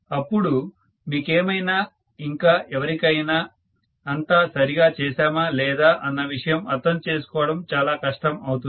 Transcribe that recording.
అపుడు మీకైనా ఇంకా ఎవరికైనా అంతా సరిగా చేశామా లేదా అన్న విషయం అర్థం చేసుకోవడం చాలా కష్టం అవుతుంది